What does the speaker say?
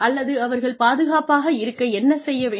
அல்லது அவர்கள் பாதுகாப்பாக இருக்க என்ன செய்ய வேண்டும்